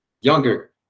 younger